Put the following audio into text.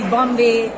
Bombay